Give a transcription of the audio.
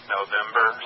November